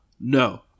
no